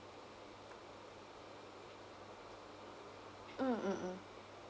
mm mm mm